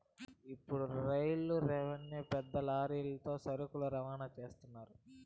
ఇప్పుడు రైలు వ్యాన్లు పెద్ద లారీలతో సరుకులు రవాణా చేత్తారు